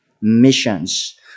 missions